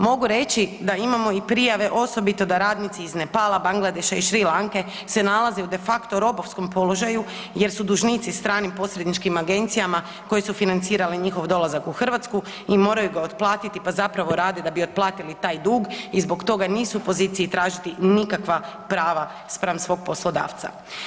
Mogu reći da imamo i prijave osobito da radnici iz Nepala, Bangladeša i Šri Lanke se nalaze u de facto robovskom položaju jer su dužnici stranim posredničkim agencijama koje su financirale njihov dolazak u Hrvatsku i moraju ga otplatiti pa zapravo rade da bi otplatili taj dug i zbog toga nisu u poziciji tražiti nikakva prava spram svog poslodavca.